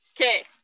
Okay